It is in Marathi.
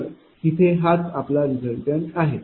तर तिथे हाच आपला रीज़ल्टन्ट आहे